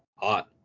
hot